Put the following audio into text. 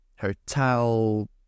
hotel